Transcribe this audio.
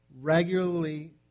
regularly